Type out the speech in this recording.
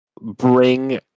bring